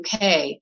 UK